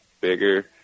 bigger